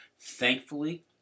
thankfully